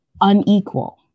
unequal